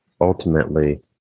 ultimately